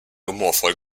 humorvoll